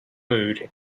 mood